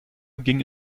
ging